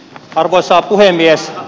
arvoisa puhemies